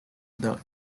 the